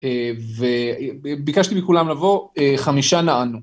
וביקשתי מכולם לבוא, חמישה נענו.